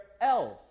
else